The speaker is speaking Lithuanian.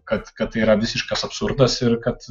kad kad tai yra visiškas absurdas ir kad